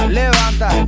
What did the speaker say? levanta